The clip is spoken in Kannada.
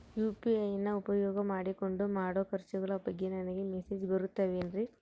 ಯು.ಪಿ.ಐ ನ ಉಪಯೋಗ ಮಾಡಿಕೊಂಡು ಮಾಡೋ ಖರ್ಚುಗಳ ಬಗ್ಗೆ ನನಗೆ ಮೆಸೇಜ್ ಬರುತ್ತಾವೇನ್ರಿ?